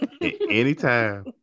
Anytime